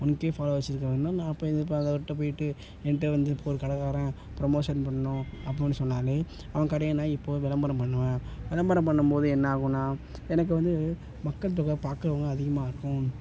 one K followers வச்சுருக்கறனால நான் அப்போ இதை ப அதுக்கிட்ட போயிட்டு என்கிட்ட வந்து இப்போ ஒரு கடைக்காரன் ப்ரொமோஷன் பண்ணணும் அப்புடின்னு சொன்னாலே அவன் கடையை நான் இப்போது விளம்பரம் பண்ணுவேன் விளம்பரம் பண்ணும்போது என்ன ஆகுன்னால் எனக்கு வந்து மக்கள் தொகை பார்க்கறவங்க அதிகமாக இருக்கும்